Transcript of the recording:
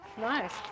Nice